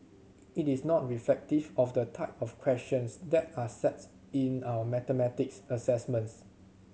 it is not reflective of the type of questions that are sets in our mathematics assessments